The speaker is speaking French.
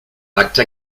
acte